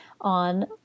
on